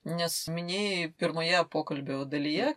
nes minėjai pirmoje pokalbio dalyje